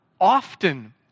often